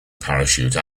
parachute